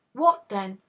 what, then?